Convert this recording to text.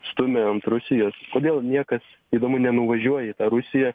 stumia ant rusijos kodėl niekas įdomu nenuvažiuoja į tą rusiją